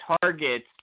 targets